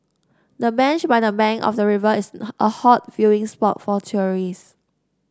the bench by the bank of the river is a hot viewing spot for tourists